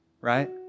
Right